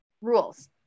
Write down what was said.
rules